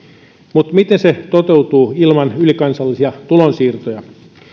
mutta miten se toteutuu ilman ylikansallisia tulonsiirtoja